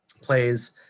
Plays